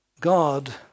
God